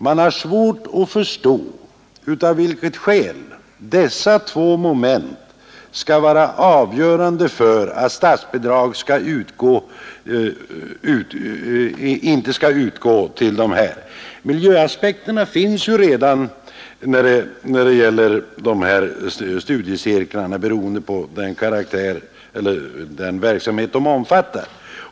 Man har svårt att förstå av vilket skäl dessa två moment skall vara avgörande för att statsbidrag inte skall utgå. Miljöaspekten finns redan när det gäller studiecirklarna med hänsyn till den verksamhet som de omfattar.